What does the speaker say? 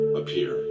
appear